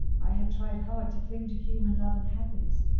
i had tried hard to cling to human love and happiness,